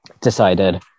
decided